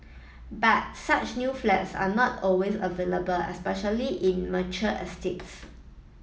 but such new flats are not always available especially in mature estates